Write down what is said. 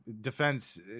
defense